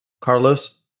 Carlos